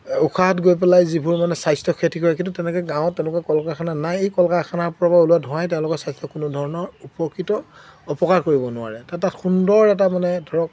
উশাহত গৈ পেলাই যিবোৰ মানে স্বাস্থ্য ক্ষতি কৰে কিন্তু তেনেকে গাঁৱত তেনেকুৱা কল কাৰখানা নাই এই কল কাৰখানাৰপৰা ওলোৱা ধোঁৱাই তেওঁলোকৰ স্বাস্থ্যৰ কোনো ধৰণৰ উপকৃত অপকাৰ কৰিব নোৱাৰে তাত এটা সুন্দৰ এটা মানে ধৰক